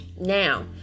now